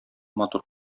матур